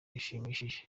bishimishije